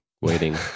waiting